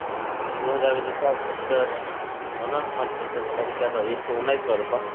दू हजारके जुत्ता छै तऽ मानो ने पाँच परसेन्टके कम कए दहो एक सए उन्नैस सए रुपा